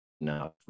now